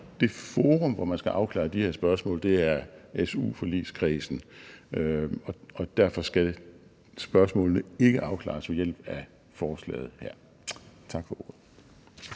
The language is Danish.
det forum, hvor man skal afklare de her spørgsmål, er su-forligskredsen, og derfor skal spørgsmålene ikke afklares ved hjælp af forslaget her. Tak for ordet.